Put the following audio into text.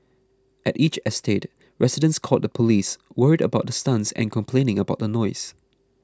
at each estate residents called the police worried about the stunts and complaining about the noise